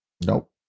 Nope